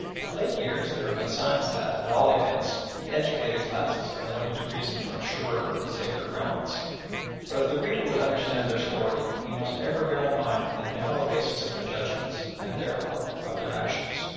of late years there have been signs that, at all events, the educated classes are learning to reason on surer and safer grounds but if the reader would understand their story, he must ever bear in mind the narrow basis of their judgments and, therefore, of their actions.